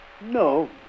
No